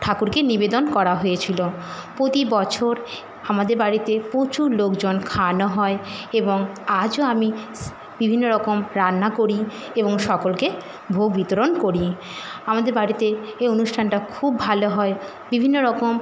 ঠাকুরকে নিবেদন করা হয়েছিল প্রতি বছর আমাদের বাড়িতে প্রচুর লোকজন খাওয়ানো হয় এবং আজও আমি স্ বিভিন্ন রকম রান্না করি এবং সকলকে ভোগ বিতরণ করি আমাদের বাড়িতে এ অনুষ্ঠানটা খুব ভালো হয় বিভিন্ন রকম